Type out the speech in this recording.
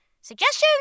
suggestions